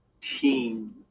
team